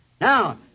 Now